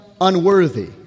unworthy